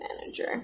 manager